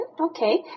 Okay